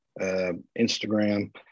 Instagram